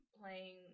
playing